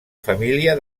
família